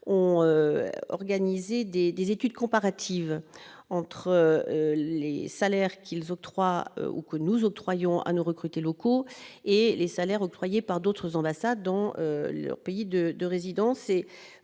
ont organisé des études comparatives entre les salaires que nous octroyons à nos recrutés locaux et les salaires versés par d'autres ambassades dans leur pays de résidence.